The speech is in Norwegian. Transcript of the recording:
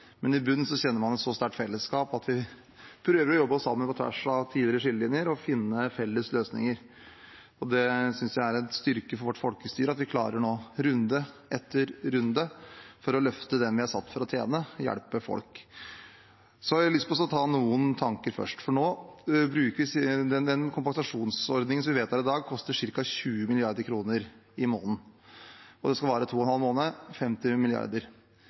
men i bunnen kjenner man et så sterkt fellesskap at vi prøver å jobbe oss sammen på tvers av tidligere skillelinjer og finne felles løsninger. Det synes jeg er en styrke for vårt folkestyre at vi klarer nå, i runde etter runde, for å løfte dem vi er satt til å tjene, for å hjelpe folk. Jeg har lyst til å komme med noen tanker først. Den kompensasjonsordningen vi vedtar i dag, koster ca. 20 mrd. kr i måneden. Og den skal vare i to og en halv måned: 50